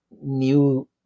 new